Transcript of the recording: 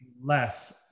less